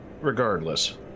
Regardless